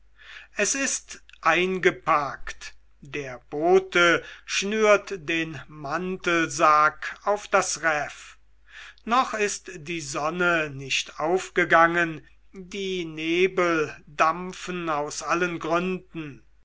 es ist eingepackt der bote schnürt den mantelsack auf das reff noch ist die sonne nicht aufgegangen die nebel dampfen aus allen gründen